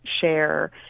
share